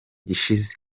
gushize